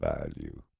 value